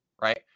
right